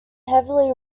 heavily